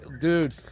Dude